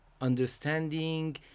understanding